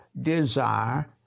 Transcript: desire